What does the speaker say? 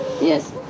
Yes